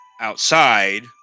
outside